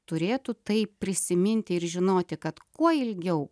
turėtų tai prisiminti ir žinoti kad kuo ilgiau